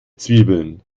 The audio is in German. zwiebeln